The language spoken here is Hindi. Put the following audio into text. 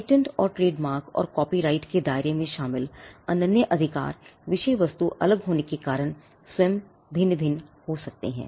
पेटेंट और ट्रेडमार्क और कॉपीराइट के दायरे में शामिल अनन्य अधिकार विषय वस्तु अलग होने के कारण स्वयं भिन्न भिन्न हो सकते हैं